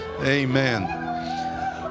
amen